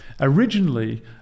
Originally